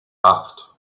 acht